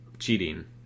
Cheating